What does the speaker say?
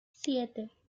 siete